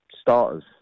starters